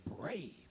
brave